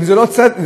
זה לא צדק,